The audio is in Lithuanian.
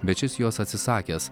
bet šis jos atsisakęs